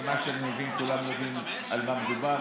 ממה שאני מבין כולם יודעים על מה מדובר: